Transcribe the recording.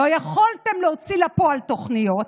לא יכולתם להוציא לפועל תוכניות,